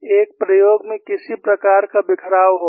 एक प्रयोग में किसी प्रकार का बिखराव होगा